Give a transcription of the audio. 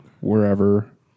wherever